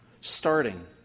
starting